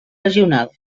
regional